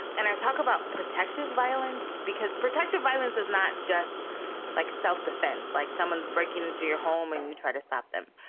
and i talk about protected violence because protective violence is not just like self-defense. like someone's breaking into your home and you try to stop them.